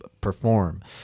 perform